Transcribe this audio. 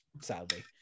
sadly